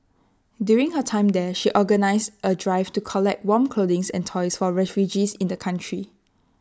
during her time there she organised A drive to collect warm clothing and toys for refugees in the country